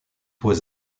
was